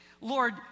Lord